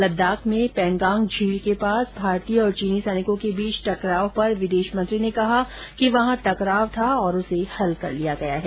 लद्दाख में पैंगाग झील के पास भारतीय और चीनी सैनिकों के बीच टकराव पर विदेश मंत्री ने कहा कि वहां टकराव था और उसे हल कर लिया गया है